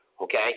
Okay